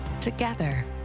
Together